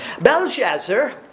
Belshazzar